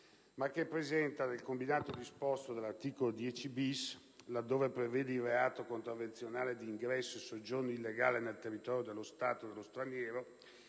ma presenta nel combinato disposto dell'articolo 10-*bis*, laddove si prevede il reato contravvenzionale di ingresso e soggiorno illegale nel territorio dello Stato dello straniero,